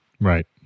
Right